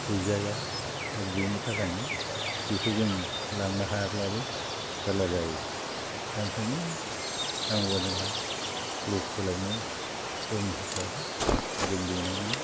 गैजाया दा बेनि थाखायनो बेखौ जों लांनो हायाब्लाबो जारला जायो दा ओंखायनो नांगौबा जोंहा ल'केलावनो दं हिसाबै जों बेनावनो